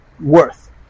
worth